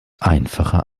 einfacher